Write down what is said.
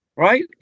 Right